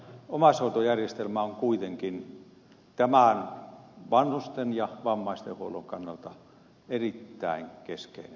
omaishoitojärjestelmä on kuitenkin vanhusten ja vammaistenhuollon kannalta erittäin keskeinen asia